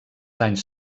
anys